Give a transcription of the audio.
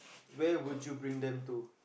where would you bring them to